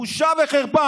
בושה וחרפה.